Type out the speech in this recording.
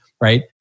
right